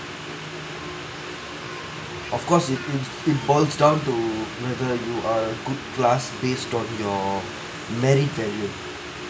of course it it it boils down to whether you are a good class based on your merit value